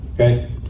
okay